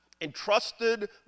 entrusted